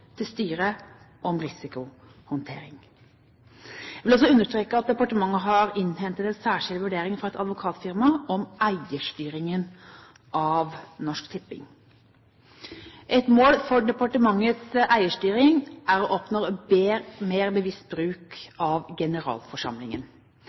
til styret om risikohåndtering. Jeg vil også understreke at departementet har innhentet en særskilt vurdering fra et advokatfirma om eierstyringen av Norsk Tipping. Et mål for departementets eierstyring er å oppnå mer bevisst bruk